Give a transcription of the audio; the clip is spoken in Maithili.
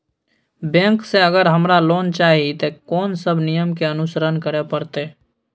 बैंक से अगर हमरा लोन चाही ते कोन सब नियम के अनुसरण करे परतै?